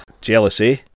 Jealousy